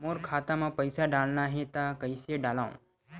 मोर खाता म पईसा डालना हे त कइसे डालव?